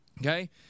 Okay